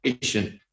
patient